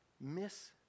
miss